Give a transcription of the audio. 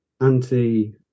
anti